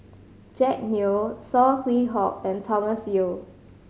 Jack Neo Saw Swee Hock and Thomas Yeo